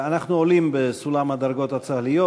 אנחנו עולים בסולם הדרגות הצה"ליות,